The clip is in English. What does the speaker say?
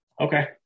Okay